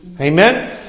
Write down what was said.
Amen